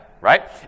right